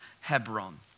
Hebron